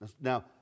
Now